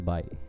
Bye